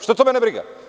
Šta to mene briga.